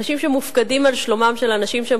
אנשים שמופקדים על שלומם של אנשים שהם